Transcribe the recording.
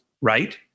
right